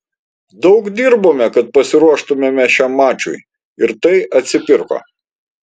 daug dirbome kad pasiruoštumėme šiam mačui ir tai atsipirko